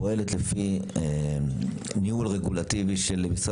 פועלת לפי ניהול רגולטיבי של משרד